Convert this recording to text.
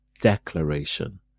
declaration